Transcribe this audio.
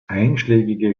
einschlägige